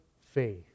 faith